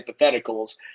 hypotheticals